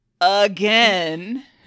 again